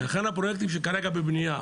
ולכן הפרויקטים שכרגע בבנייה